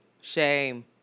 shame